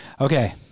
Okay